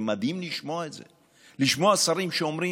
זה מדהים לשמוע את זה, לשמוע שרים שאומרים: